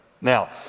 Now